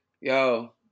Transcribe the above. yo